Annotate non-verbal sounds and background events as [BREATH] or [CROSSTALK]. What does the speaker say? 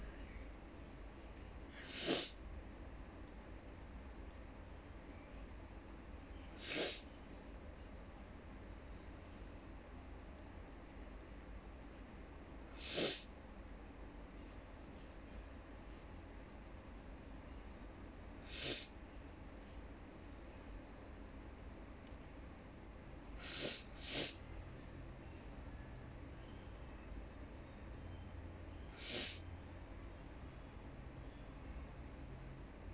[BREATH] [BREATH]